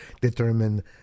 determine